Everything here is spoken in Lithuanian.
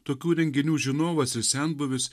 tokių renginių žinovas ir senbuvis